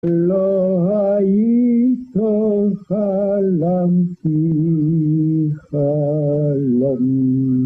לא הייתו חלם כי חלמתי